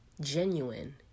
genuine